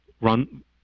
run